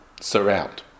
surround